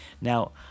now